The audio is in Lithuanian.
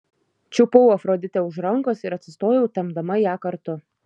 čiupau afroditę už rankos ir atsistojau tempdama ją kartu